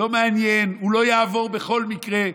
לא מעניין, הוא לא יעבור בכל מקרה,